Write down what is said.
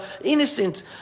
innocent